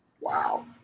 Wow